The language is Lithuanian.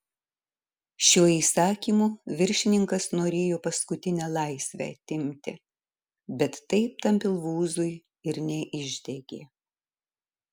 šiuo įsakymu viršininkas norėjo paskutinę laisvę atimti bet taip tam pilvūzui ir neišdegė